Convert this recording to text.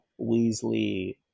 Weasley